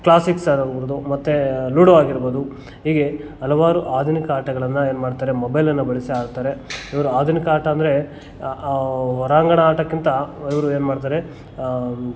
classics ಆಗಬಹುದು ಮತ್ತು ludo ಆಗಿರ್ಬೋದು ಹೀಗೆ ಹಲವಾರು ಆಧುನಿಕ ಆಟಗಳನ್ನು ಏನ್ಮಾಡ್ತಾರೆ ಮೊಬೈಲನ್ನು ಬಳಸಿ ಆಡ್ತಾರೆ ಇವರು ಆಧುನಿಕ ಆಟ ಅಂದರೆ ಹೊರಾಂಗಣ ಆಟಕ್ಕಿಂತ ಇವರು ಏನ್ಮಾಡ್ತಾರೆ